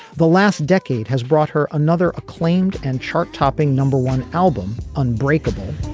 the last decade has brought her another acclaimed and chart topping number one album unbreakable.